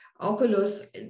Oculus